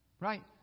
Right